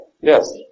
yes